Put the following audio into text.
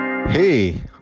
Hey